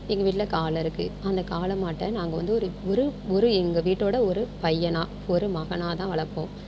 எங்கள் வீட்டில் காளை இருக்குது அந்த காளை மாட்டை நாங்கள் வந்து ஒரு ஒரு ஒரு எங்கள் வீட்டோடய ஒரு பையனா ஒரு மகனாக தான் வளர்ப்போம்